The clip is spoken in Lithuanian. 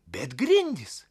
bet grindys